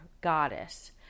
goddess